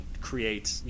create